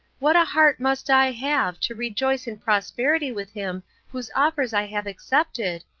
what a heart must i have to rejoice in prosperity with him whose offers i have accepted,